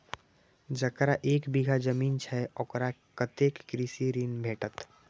जकरा एक बिघा जमीन छै औकरा कतेक कृषि ऋण भेटत?